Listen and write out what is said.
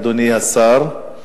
אדוני השר.